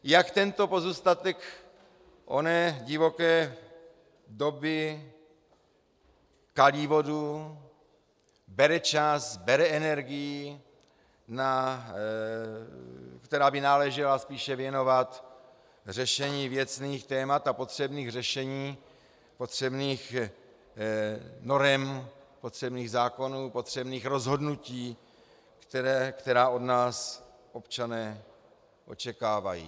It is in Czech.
Jak tento pozůstatek oné divoké doby kalí vodu, bere čas, bere energii, která by náležela spíše věnovat řešení věcných témat a potřebných řešení, potřebných norem, potřebných zákonů, potřebných rozhodnutí, která od nás občané očekávají.